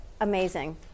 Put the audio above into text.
amazing